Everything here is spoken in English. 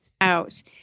out